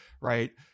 right